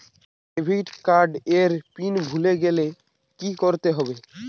Debit card এর PIN ভুলে গেলে কি করতে হবে?